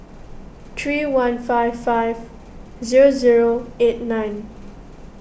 three one five five zero zero eight nine